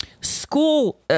school